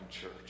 church